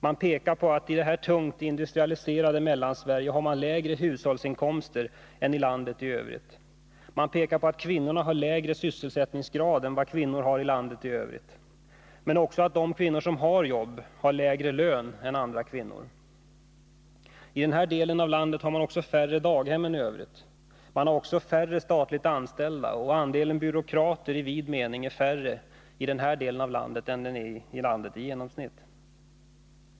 Man pekar på att man i detta tungt industrialiserade Mellansverige har lägre hushållsinkomster än i landet i övrigt. Man pekar på att kvinnor har lägre sysselsättningsgrad än kvinnor i landet i övrigt, men också på att de kvinnor som har jobb har lägre lön än andra kvinnor. I den här delen av landet har man också färre daghem än i landet i övrigt. Man har också färre statligt anställda, och andelen byråkrater i vid mening är mindre i den här delen av landet än i landet i övrigt.